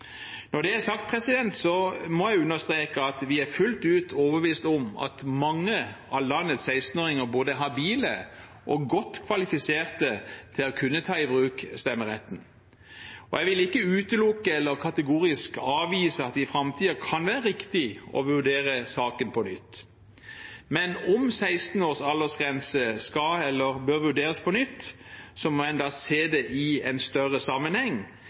Når det er sagt, må jeg understreke at vi er fullt ut overbevist om at mange av landets 16-åringer både er habile og godt kvalifisert til å kunne ta i bruk stemmeretten, og jeg vil ikke utelukke eller kategorisk avvise at det i framtiden kan være riktig å vurdere saken på nytt. Men om aldersgrense på 16 år skal eller bør vurderes på nytt, må en da se det i en større sammenheng,